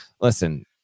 listen